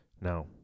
now